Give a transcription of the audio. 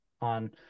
on